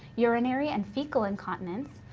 urinary and fecal incontinence,